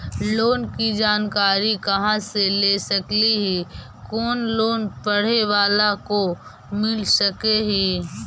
Loan की जानकारी कहा से ले सकली ही, कोन लोन पढ़े बाला को मिल सके ही?